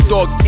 Dog